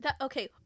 Okay